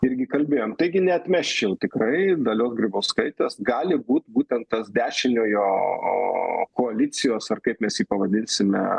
irgi kalbėjom taigi neatmesčiau tikrai dalios grybauskaitės gali būt būtent tas dešiniojo koalicijos ar kaip mes pavadinsime